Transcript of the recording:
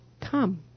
Come